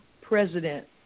president